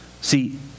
See